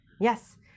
Yes